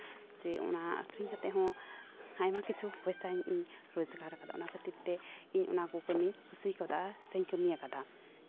ᱡᱮ ᱚᱱᱟ ᱟᱹᱠᱷᱨᱤᱧ ᱠᱟᱛᱮᱫ ᱦᱚᱸ ᱟᱭᱢᱟ ᱠᱤᱪᱷᱩ ᱯᱚᱭᱥᱟᱹᱧ ᱨᱳᱡᱽᱜᱟᱨ ᱟᱠᱟᱫᱟ ᱚᱱᱟ ᱠᱷᱟᱹᱛᱤᱨᱼᱛᱮ ᱤᱧ ᱚᱱᱟ ᱠᱚ ᱠᱟᱹᱢᱤ ᱠᱩᱥᱤ ᱠᱟᱣᱫᱟ ᱥᱮᱧ ᱠᱟᱹᱢᱤ ᱟᱠᱟᱫᱟ